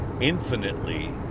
infinitely